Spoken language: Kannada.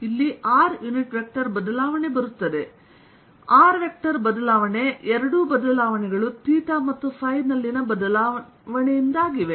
ಇಲ್ಲಿ r ಯುನಿಟ್ ವೆಕ್ಟರ್ ಬದಲಾವಣೆ ಬರುತ್ತದೆ r ವೆಕ್ಟರ್ ಬದಲಾವಣೆ ಎರಡೂ ಬದಲಾವಣೆಗಳು ಥೀಟಾ ಮತ್ತು ಫೈ ನಲ್ಲಿನ ಬದಲಾವಣೆಯಿಂದಾಗಿವೆ